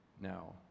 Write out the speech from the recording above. now